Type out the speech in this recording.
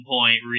point